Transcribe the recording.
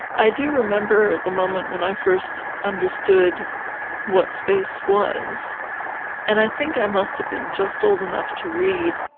i do remember the moment when i first understood what space was and i think i must have been just old enough to read.